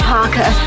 Parker